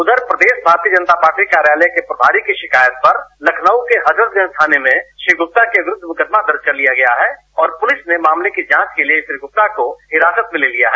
उधर प्रदेश भारतीय जनता पार्टी कार्यालय के प्रभारी की शिकायत पर लखनऊ के हजरतगंज थाने में श्री गुप्ता के विरूद्व मुकदमा दर्ज कर लिया गया है और पुलिस ने मामले की जांच के लिए श्री गुप्ता को हिरासत में ले लिया है